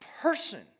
person